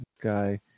guy